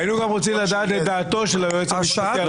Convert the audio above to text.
והיינו גם רוצים לשמוע את דעתו של היועץ המשפטי על החוק הזה.